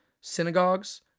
synagogues